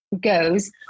goes